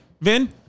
Vin